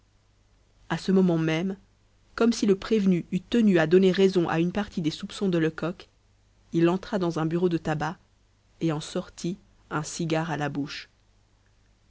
à ce moment même comme si le prévenu eût tenu à donner raison à une partie des soupçons de lecoq il entra dans un bureau de tabac et en sortit un cigare à la bouche